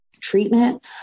treatment